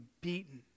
beaten